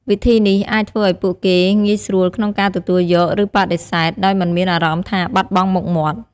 វិធីនេះ អាចធ្វើឲ្យពួកគេងាយស្រួលក្នុងការទទួលយក ឬបដិសេធ ដោយមិនមានអារម្មណ៍ថាបាត់បង់មុខមាត់។